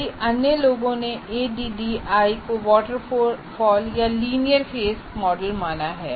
कई अन्य लोगों ने एडीडीआईई को वाटरफॉल या लीनियर फेस मॉडल माना है